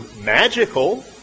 magical